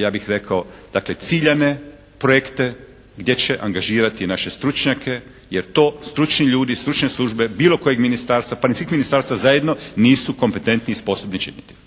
ja bih rekao dakle ciljane projekte gdje će angažirati naše stručnjake jer to stručni ljudi, stručne službe bilo kojeg ministarstva, pa i ministarstva zajedno nisu kompetentni i sposobni činiti.